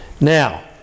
now